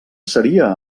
seria